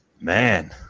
Man